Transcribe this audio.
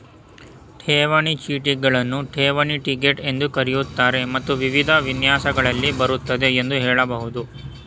ಠೇವಣಿ ಚೀಟಿಗಳನ್ನ ಠೇವಣಿ ಟಿಕೆಟ್ ಎಂದೂ ಕರೆಯುತ್ತಾರೆ ಮತ್ತು ವಿವಿಧ ವಿನ್ಯಾಸಗಳಲ್ಲಿ ಬರುತ್ತೆ ಎಂದು ಹೇಳಬಹುದು